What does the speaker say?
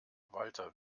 walter